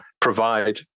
provide